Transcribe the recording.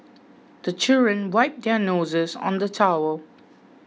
the children wipe their noses on the towel